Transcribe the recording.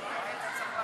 לא היית צריך לעלות.